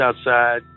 outside